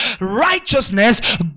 righteousness